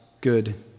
good